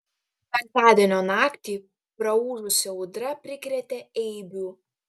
penktadienio naktį praūžusi audra prikrėtė eibių